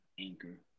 Anchor